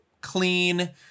clean